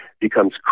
becomes